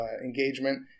engagement